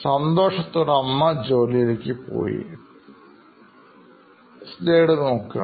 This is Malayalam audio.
സന്തോഷത്തോടെ ജോലിയിലേക്ക് പോയിക്കൊണ്ടിരിക്കുകയാണ്